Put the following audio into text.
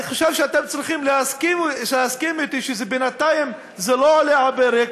אני חושב שאתם צריכים להסכים אתי שבינתיים זה לא על הפרק,